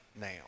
now